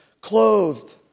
clothed